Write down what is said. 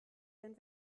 den